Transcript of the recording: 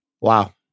Wow